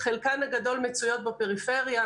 חלקן הגדול מצויות בפריפריה,